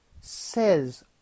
says